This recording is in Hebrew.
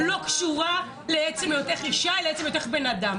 לא קשורה לעצם היותך אשה אלא לעצם היותך בן אדם.